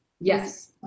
Yes